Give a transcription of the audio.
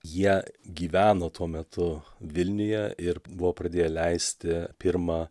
jie gyveno tuo metu vilniuje ir buvo pradėję leisti pirmą